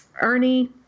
Ernie